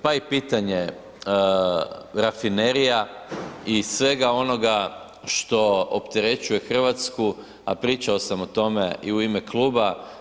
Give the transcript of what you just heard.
Pa i pitanje rafinerija i svega onoga što opterećuje Hrvatsku, a pričao sam o tome i u ime kluba.